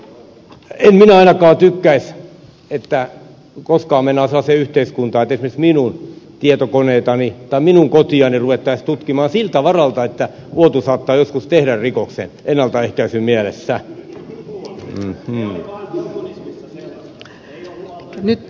en minä ainakaan tykkäisi että koskaan mennään sellaiseen yhteiskuntaan että esimerkiksi minun tietokoneitani tai minun kotiani ruvettaisiin tutkimaan siltä varalta että uotila saattaa joskus tehdä rikoksen ennaltaehkäisyn mielessä